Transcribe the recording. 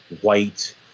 white